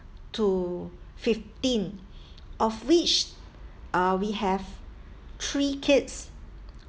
to fifteen of which uh we have three kids